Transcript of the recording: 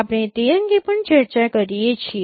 આપણે તે અંગે પણ ચર્ચા કરીએ છીએ